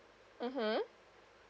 (uh huh)